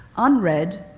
unread,